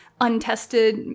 untested